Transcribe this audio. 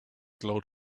glowed